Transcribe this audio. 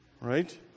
Right